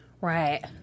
right